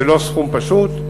זה לא סכום פשוט.